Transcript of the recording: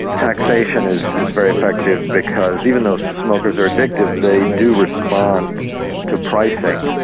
taxation is is very effective, because even though smokers are addicted, they do respond to pricing.